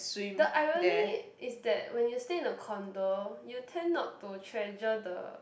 the irony is that when you stay in a condo you tend not to treasure the